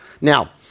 Now